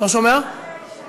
אין מתנגדים,